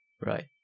right